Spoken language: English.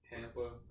Tampa